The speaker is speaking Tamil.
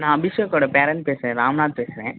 நான் அபிஷேக்யோட பேரெண்ட் பேசுகிறேன் ராம்நாத் பேசுகிறேன்